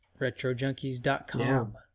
retrojunkies.com